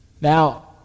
Now